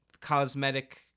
cosmetic